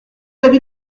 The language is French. l’avis